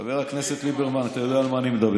חבר הכנסת ליברמן, אתה יודע על מה אני מדבר.